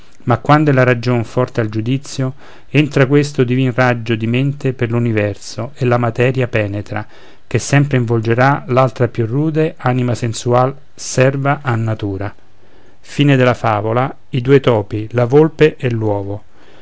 ma quando è la ragion forte al giudizio entra questo divin raggio di mente per l'universo e la materia penetra che sempre involgerà l'altra più rude anima sensual serva a natura e